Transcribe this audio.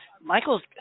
Michael's